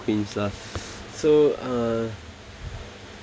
cringe lah so uh